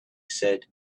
said